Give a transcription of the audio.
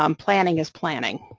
um planning is planning,